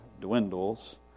dwindles